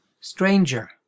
stranger